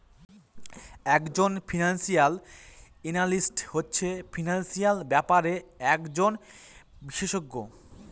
এক জন financial analyst হচ্ছে ফিনান্সিয়াল ব্যাপারের একজন বিশষজ্ঞ